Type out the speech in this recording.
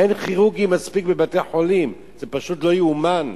אין מספיק כירורגים בבתי-חולים, זה לא ייאמן.